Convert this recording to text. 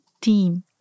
team